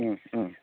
ꯎꯝ ꯎꯝ